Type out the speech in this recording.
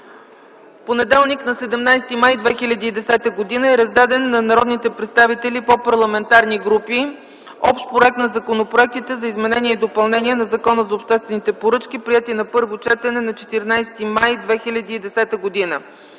В понеделник, на 17 май 2010 г., е раздаден на народните представители по парламентарни групи Общ проект на законопроектите за изменение и допълнение на Закона за обществените поръчки, приети на първо четене на 14 май 2010 г.